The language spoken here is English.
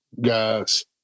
guys